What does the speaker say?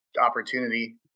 opportunity